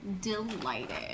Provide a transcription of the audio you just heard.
delighted